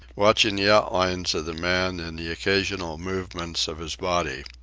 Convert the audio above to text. watching the outlines of the man and the occasional movements of his body.